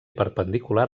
perpendicular